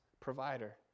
provider